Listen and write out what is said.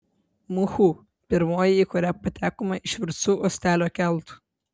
muhu pirmoji į kurią patekome iš virtsu uostelio keltu